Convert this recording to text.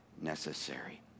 necessary